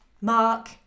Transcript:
Mark